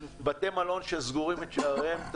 בתי מלון שסוגרים את שעריהם.